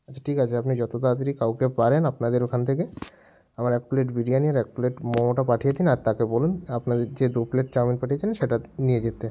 আচ্ছা ঠিক আছে আপনি যত তাড়াতাড়ি কাউকে পারেন আপনাদের ওখান থেকে আমার এক প্লেট বিরিয়ানি আর এক প্লেট মোমোটা পাঠিয়ে দিন আর তাকে বলুন আপনাদের যে দু প্লেট চাউমিন পাঠিয়েছেন সেটা নিয়ে যেতে